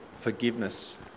forgiveness